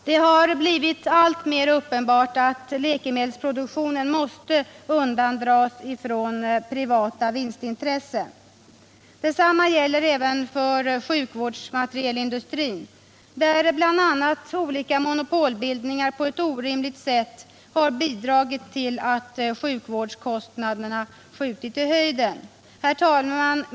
Det har blivit alltmer uppenbart att läkemedelsproduktionen måste undandras de privata vinstintressena. Detsamma gäller även sjukvårdsmaterielindustrin, där bl.a. olika monopolbildningar på ett orimligt sätt har bidragit till att sjukvårdskostnaderna skjutit i höjden. Herr talman!